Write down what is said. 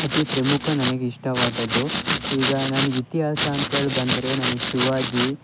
ಅತಿ ಪ್ರಮುಖ ನನಗೆ ಇಷ್ಟವಾದದ್ದು ಈಗ ನನಗೆ ಇತಿಹಾಸ ಅಂತೇಳಿ ಬಂದರೆ ನನಗೆ ಶಿವಾಜಿ